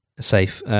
safe